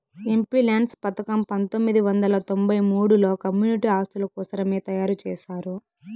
MPLADS పథకం పంతొమ్మిది వందల తొంబై మూడుల కమ్యూనిటీ ఆస్తుల కోసరమే తయారు చేశారు